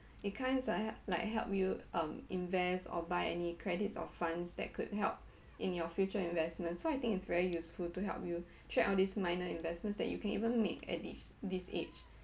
it kinds I like help you invest or buy any credits or funds that could help in your future investments so I think it's very useful to help you track all these minor investments that you can even make at this this age